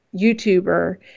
YouTuber